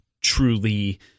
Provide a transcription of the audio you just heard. truly